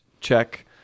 check